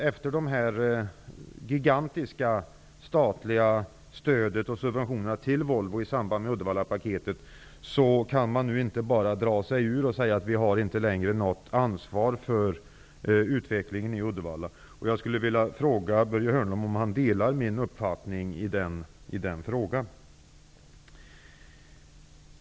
Efter dessa gigantiska statliga stöd och subventioner till Volvo i samband med Uddevallapaketet kan de nu inte bara dra sig ur och säga att de inte längre har något ansvar för utvecklingen i Uddevalla. Jag skulle vilja fråga Börje Hörnlund om han delar min uppfattning i den frågan.